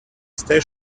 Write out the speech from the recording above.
stay